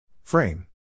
Frame